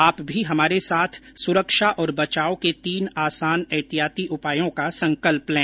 आप भी हमारे साथ सुरक्षा और बचाव के तीन आसान एहतियाती उपायों का संकल्प लें